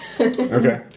okay